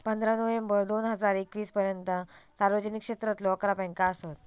पंधरा नोव्हेंबर दोन हजार एकवीस पर्यंता सार्वजनिक क्षेत्रातलो अकरा बँका असत